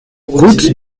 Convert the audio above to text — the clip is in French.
route